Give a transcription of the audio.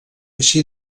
així